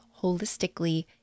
holistically